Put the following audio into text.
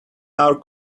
our